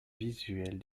visuelle